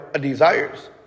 desires